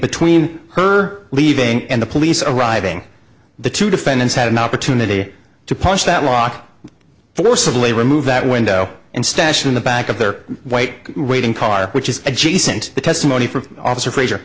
between her leaving and the police arriving the two defendants had an opportunity to punch that lock forcibly remove that window and stashed in the back of their white waiting car which is adjacent to testimony from officer frazier